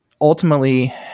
ultimately